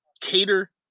Cater